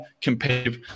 competitive